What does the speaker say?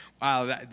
wow